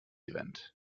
event